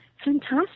Fantastic